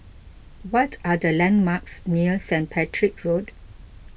what are the landmarks near Saint Patrick's Road